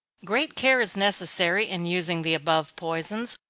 great care is necessary in using the above poisons,